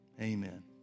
amen